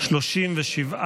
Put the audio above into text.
הסתייגות 1 לחלופין א לא נתקבלה.